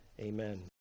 Amen